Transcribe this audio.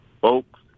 folks